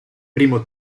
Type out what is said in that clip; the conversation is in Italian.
primo